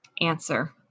answer